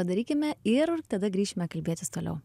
padarykime ir tada grįšime kalbėtis toliau